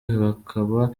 bakaba